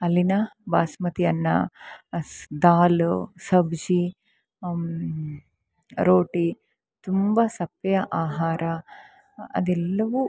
ಅಲ್ಲಿನ ಬಾಸುಮತಿ ಅನ್ನ ಸ್ ದಾಲ್ ಸಬ್ಜಿ ರೋಟಿ ತುಂಬ ಸಪ್ಪೆಯ ಆಹಾರ ಅದೆಲ್ಲವು